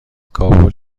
کابل